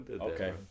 Okay